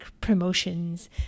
promotions